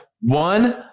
one